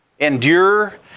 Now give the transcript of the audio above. endure